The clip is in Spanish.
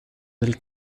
del